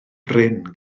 bryn